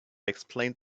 explained